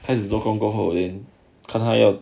开始做工过后 then 看他要